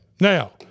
Now